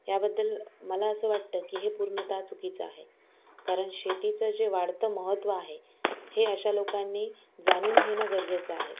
याबद्दल मला असं वाटतं की हे पूर्णत चुकीचं आहे कारण शेतीचं जे वाढतं महत्त्व आहे हे अशा लोकांनी जाणून घेणं गरजेचं आहे